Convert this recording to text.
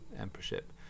emperorship